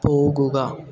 പോകുക